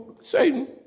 Satan